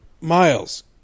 Miles